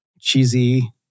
cheesy